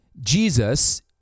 Jesus